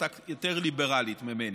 הייתה יותר ליברלית ממני.